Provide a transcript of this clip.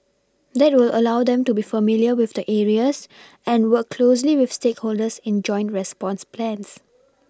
that will allow them to be familiar with the areas and work closely with stakeholders in joint response plans